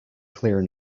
clear